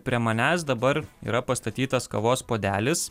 prie manęs dabar yra pastatytas kavos puodelis